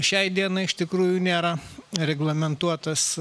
šiai dienai iš tikrųjų nėra reglamentuotas